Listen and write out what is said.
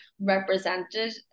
represented